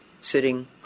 sitting